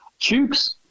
Chooks